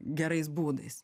gerais būdais